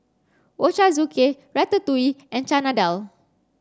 Ochazuke Ratatouille and Chana Dal